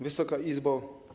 Wysoka Izbo!